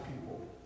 people